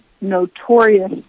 notorious